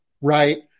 right